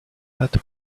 that